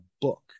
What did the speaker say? book